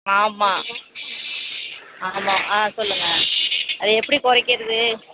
ஆமாம் ஆமாம் ஆ சொல்லுங்க அதை எப்படி குறைக்கிறது